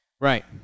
Right